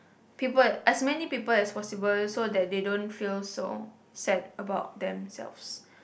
people as many people as possible so that they don't feel so sad about themselves